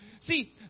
See